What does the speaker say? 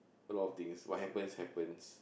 a lot of things what happens happens